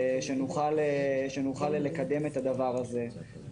שנוכל לקדם את הדבר הזה.